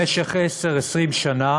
במשך 20-10 שנה